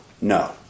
no